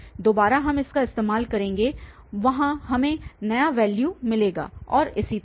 दोबारा हम इसका इस्तेमाल करेंगे वहां हमें नया वैल्यू मिलेगा और इसी तरह